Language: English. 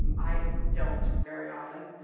um i don't very often.